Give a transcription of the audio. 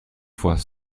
fois